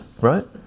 Right